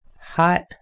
hot